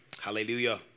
hallelujah